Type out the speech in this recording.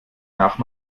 nach